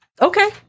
okay